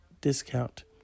discount